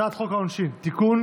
הצעת חוק העונשין (תיקון,